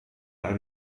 ein